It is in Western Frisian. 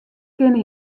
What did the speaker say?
kinne